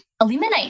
eliminate